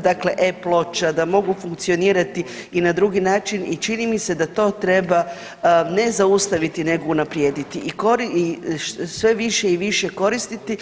dakle e-ploča, da mogu funkcionirati i na drugi način i čini mi se da to treba ne zaustaviti nego unaprijediti i sve više i više koristiti.